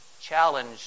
challenge